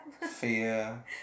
fear